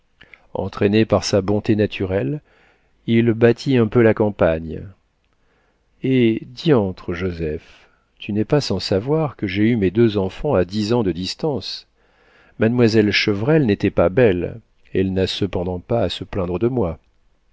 entraîné par sa bonté naturelle il battit un peu la campagne et diantre joseph tu n'es pas sans savoir que j'ai eu mes deux enfants à dix ans de distance mademoiselle chevrel n'était pas belle elle n'a cependant pas à se plaindre de moi